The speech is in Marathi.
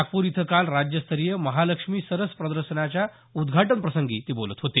नागपूर इथं काल राज्यस्तरीय महालक्ष्मी सरस प्रदर्शनाच्या उद्घाटनप्रसंगी ते बोलत होते